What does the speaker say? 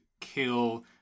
kill